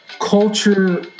culture